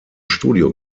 studio